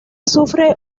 sufre